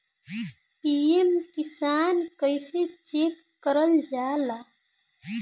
PM Kisan कइसे check करल जाला?